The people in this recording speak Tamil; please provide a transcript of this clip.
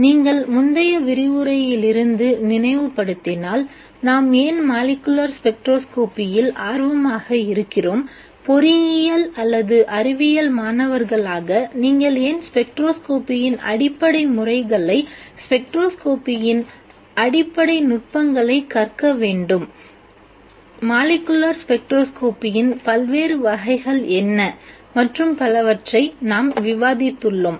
நீங்கள் முந்தைய விரிவுரையிலிருந்து நினைவுபடுத்தினால் நாம் ஏன் மாலிக்குலர் ஸ்பெக்ட்ரோஸ்கோப்பியில் ஆர்வமாக இருக்கிறோம் பொறியியல் அல்லது அறிவியல் மாணவர்களாக நீங்கள் ஏன் ஸ்பெக்ட்ரோஸ்கோப்பியின் அடிப்படை முறைகளை ஸ்பெக்ட்ரோஸ்கோப்பியின் அடிப்படை நுட்பங்களைக் கற்க வேண்டும் மாலிக்குலர் ஸ்பெக்ட்ரோஸ்கோப்பியின் பல்வேறு வகைகள் என்ன மற்றும் பலவற்றை நாம் விவாதித்துள்ளோம்